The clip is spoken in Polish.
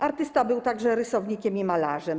Artysta był także rysownikiem i malarzem.